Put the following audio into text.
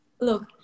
look